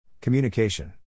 Communication